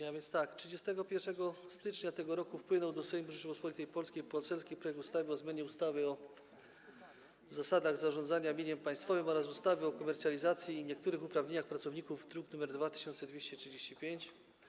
A więc tak: 31 stycznia tego roku wpłynął do Sejmu Rzeczypospolitej Polskiej poselski projekt ustawy o zmianie ustawy o zasadach zarządzania mieniem państwowym oraz ustawy o komercjalizacji i niektórych uprawieniach pracowników, druk nr 2235.